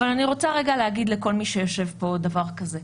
אבל אני רוצה להגיד לכל מי שיושב פה דבר כזה.